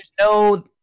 no